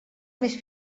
més